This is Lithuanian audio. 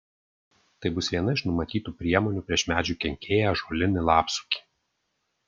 tai bus viena iš numatytų priemonių prieš medžių kenkėją ąžuolinį lapsukį